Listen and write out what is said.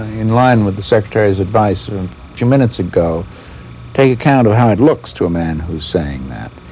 in line with the secretary's advice a few minutes ago take account of how it looks to a man who's saying that.